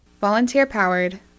Volunteer-powered